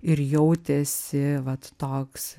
ir jautėsi vat toks